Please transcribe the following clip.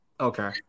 Okay